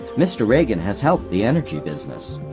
mr. reagan has helped the energy business.